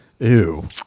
Ew